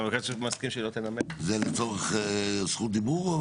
זה לצורך זכות דיבור?